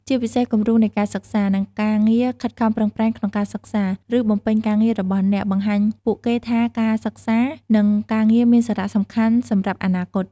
ជាពិសេសគំរូនៃការសិក្សា និងការងារខិតខំប្រឹងប្រែង ក្នុងការសិក្សា ឬបំពេញការងាររបស់អ្នក បង្ហាញពួកគេថាការសិក្សា និងការងារមានសារៈសំខាន់សម្រាប់អនាគត ។